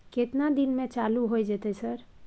केतना दिन में चालू होय जेतै सर?